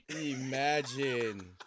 Imagine